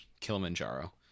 Kilimanjaro